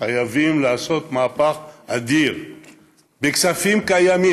חייבים לעשות מהפך אדיר בכספים הקיימים.